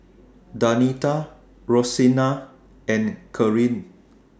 Danita Roseanna and Caryn